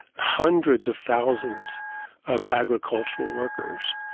hundreds of thousands of agricultural workers.